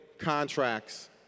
contracts